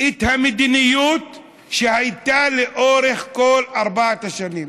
את המדיניות שהייתה לאורך כל ארבע השנים: